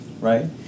right